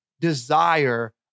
desire